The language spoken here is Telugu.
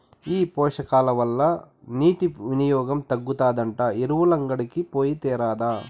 ఈ పోషకాల వల్ల నీటి వినియోగం తగ్గుతాదంట ఎరువులంగడికి పోయి తేరాదా